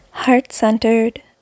heart-centered